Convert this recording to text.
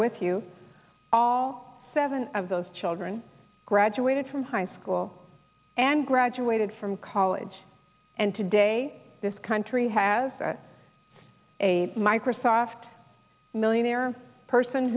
with you all seven of those children graduated from high school and graduated from college and today this country has a microsoft millionaire person